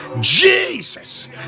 jesus